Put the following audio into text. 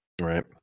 Right